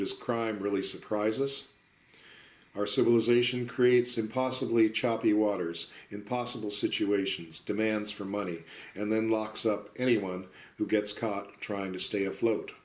this crime really surprised us our civilization creates impossibly choppy waters impossible situations demands for money and then locks up anyone who gets caught trying to stay afloat